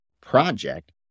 project